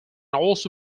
also